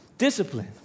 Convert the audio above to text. Discipline